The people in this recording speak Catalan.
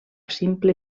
simple